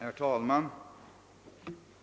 Herr talman!